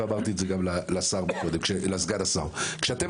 ואמרתי את זה גם לסגן השר קודם,